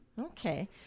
Okay